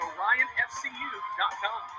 OrionFCU.com